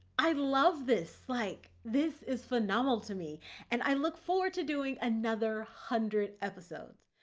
i love this, like, this is phenomenal to me and i look forward to doing another hundred episodes.